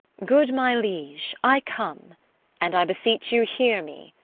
good my liege, i come and, i beseech you, hear me,